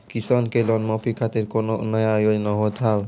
किसान के लोन माफी खातिर कोनो नया योजना होत हाव?